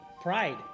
pride